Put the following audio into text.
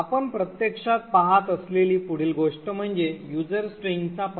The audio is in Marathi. आपण प्रत्यक्षात पाहत असलेली पुढील गोष्ट म्हणजे user string चा पत्ता